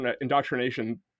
indoctrination